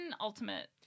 ultimate